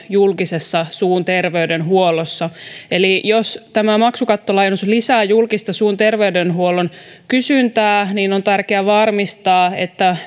julkisessa suun terveydenhuollossa eli jos tämä maksukattolaajennus lisää julkisen suun terveydenhuollon kysyntää niin on tärkeää varmistaa että